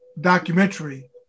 documentary